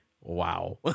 wow